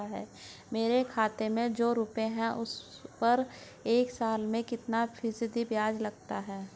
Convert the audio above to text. मेरे खाते में जो रुपये हैं उस पर एक साल में कितना फ़ीसदी ब्याज लगता है?